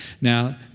Now